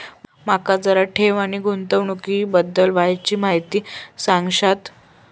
माका जरा ठेव आणि गुंतवणूकी बद्दल वायचं माहिती सांगशात?